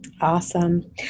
Awesome